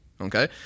Okay